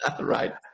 right